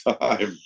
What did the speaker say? time